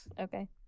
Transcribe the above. Okay